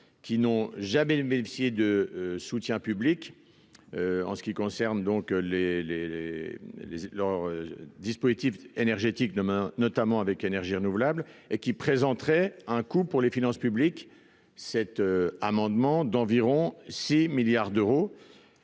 qui n'ont jamais le MLC de soutien public en ce qui concerne donc les, les, les, les, leurs dispositifs énergétiques demain notamment avec énergie renouvelable et qui présenterait un coût pour les finances publiques, cet amendement d'environ 6 milliards d'euros,